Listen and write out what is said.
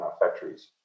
factories